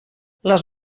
les